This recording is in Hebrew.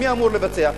מי אמור לבצע?